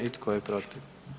I tko je protiv?